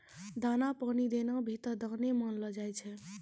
दाना पानी देना भी त दाने मानलो जाय छै